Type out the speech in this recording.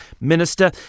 Minister